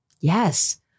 Yes